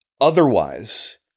Otherwise